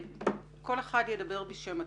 כל אחד ידבר בשם עצמו.